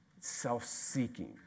self-seeking